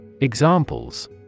Examples